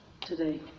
today